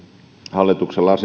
hallituksen